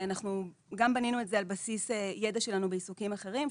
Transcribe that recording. אנחנו גם בנינו את זה על בסיס ידע שלנו בעיסוקים אחרים,